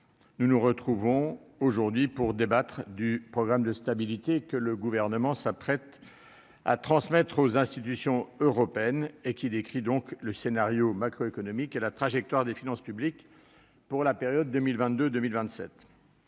nous nous retrouvons aujourd'hui pour débattre du programme de stabilité que le Gouvernement s'apprête à transmettre aux institutions européennes et qui décrit le scénario macroéconomique et la trajectoire des finances publiques pour les années 2022 à 2027.